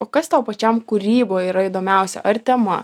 o kas tau pačiam kūryboj yra įdomiausia ar tema